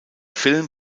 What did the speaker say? film